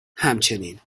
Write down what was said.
همچنین